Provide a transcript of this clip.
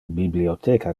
bibliotheca